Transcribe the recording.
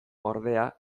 ordea